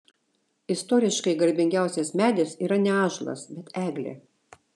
istoriškai garbingiausias medis yra ne ąžuolas bet eglė